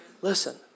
Listen